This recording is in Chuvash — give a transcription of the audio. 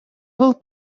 вӑл